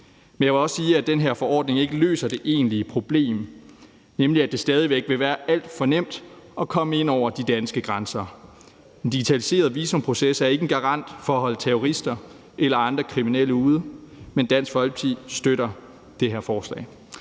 Men jeg vil også sige, at den her forordning ikke løser det egentlige problem, nemlig at det stadig væk vil være alt for nemt at komme ind over de danske grænser. En digitaliseret visumproces er ikke en garant for at holde terrorister eller andre kriminelle ude – men Dansk Folkeparti støtter det her forslag.